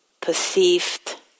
perceived